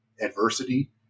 adversity